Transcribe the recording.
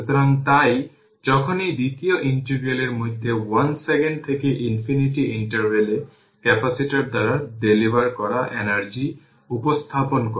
সুতরাং তাই যখনই দ্বিতীয় ইন্টিগ্রাল এর মধ্যে 1 সেকেন্ড থেকে ইনফিনিটি ইন্টারভ্যাল এ ক্যাপাসিটর দ্বারা ডেলিভার করা এনার্জি উপস্থাপন করে